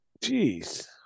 Jeez